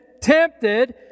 tempted